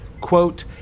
quote